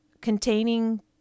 containing